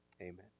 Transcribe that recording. Amen